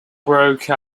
broke